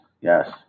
Yes